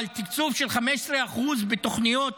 אבל קיצוץ של 15% בתוכניות